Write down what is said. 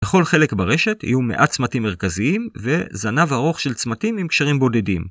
לכל חלק ברשת יהיו מעט צמתים מרכזיים וזנב ארוך של צמתים עם קשרים בודדים.